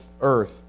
earth